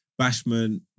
bashman